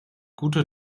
gute